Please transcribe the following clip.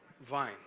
vine